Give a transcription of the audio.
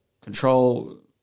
control